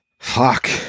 fuck